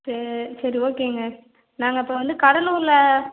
சரி சரி ஓகேங்க நாங்கள் இப்போ வந்து கடலூரில்